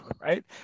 right